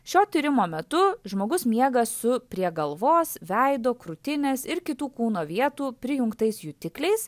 šio tyrimo metu žmogus miega su prie galvos veido krūtinės ir kitų kūno vietų prijungtais jutikliais